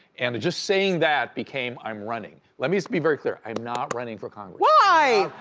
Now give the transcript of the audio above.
and just saying that became i'm running. let me just be very clear, i'm not running for congress. why!